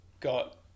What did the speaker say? got